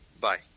Bye